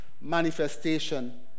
Manifestation